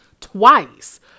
twice